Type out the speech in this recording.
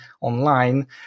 online